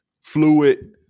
fluid